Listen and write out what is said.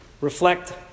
reflect